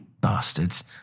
bastards